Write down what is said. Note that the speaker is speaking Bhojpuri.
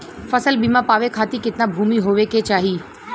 फ़सल बीमा पावे खाती कितना भूमि होवे के चाही?